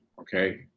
Okay